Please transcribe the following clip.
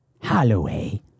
Holloway